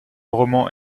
roman